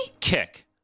Kick